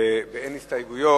באין הסתייגויות,